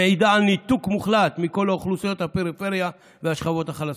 המעידה על ניתוק מוחלט מכל אוכלוסיות הפריפריה והשכבות החלשות.